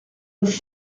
was